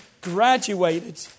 graduated